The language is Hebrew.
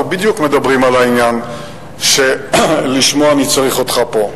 אנחנו בדיוק מדברים על העניין שלשמו אני צריך אותך פה.